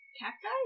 Cacti